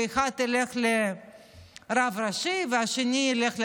אחד ילך לרב הראשי והשני ילך לירושלים.